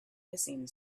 hissing